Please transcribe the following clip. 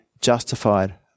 justified